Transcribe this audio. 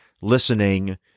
listening